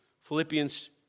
Philippians